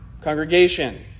congregation